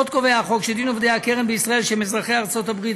עוד קובע החוק שדין עובדי הקרן בישראל שהם אזרחי ארצות הברית,